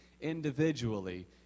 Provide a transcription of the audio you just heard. individually